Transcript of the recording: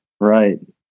right